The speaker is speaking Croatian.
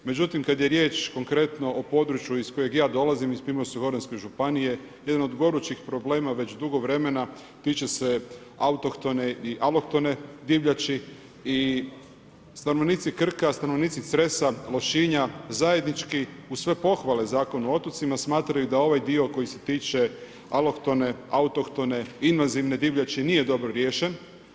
Međutim, kada je riječ konkretno o području iz kojeg ja dolazim iz Primorsko goranske županije, jedno od gorućih problema već dugo vremena, tiče se autohtone i aloktone divljači i stanovnici Krka, stanovnici Cresa, Lošinja, zajednički, uz sve pohvala Zakon o otocima, smatraju da ovaj dio, koji se tiče alohtone, autohtone invazivne divljači nije dobro riješen.